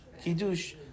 Kiddush